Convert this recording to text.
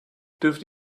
dürfte